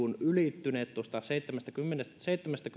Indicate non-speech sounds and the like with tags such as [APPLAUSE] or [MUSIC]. ylittyneet tuosta seitsemästäkymmenestäkuudesta [UNINTELLIGIBLE]